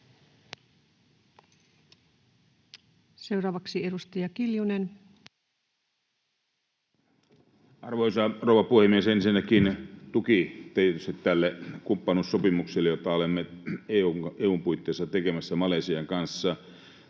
Time: 16:35 Content: Arvoisa rouva puhemies! Ensinnäkin tukeni tietysti tälle kumppanuussopimukselle, jota olemme EU:n puitteissa tekemässä Malesian kanssa.